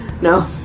No